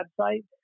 website